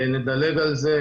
נדלג על זה.